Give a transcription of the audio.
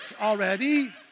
already